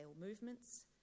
movements